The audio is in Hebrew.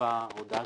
ההודעה